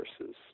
versus